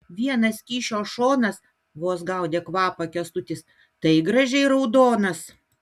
vienas kyšio šonas vos gaudė kvapą kęstutis tai gražiai raudonas